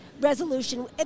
resolution